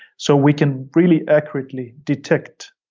so we can really accurately detect